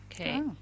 Okay